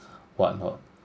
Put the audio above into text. whatnot